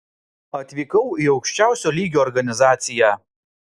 atvykau į aukščiausio lygio organizaciją